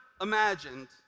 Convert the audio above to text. imagined